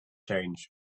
change